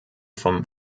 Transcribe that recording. vom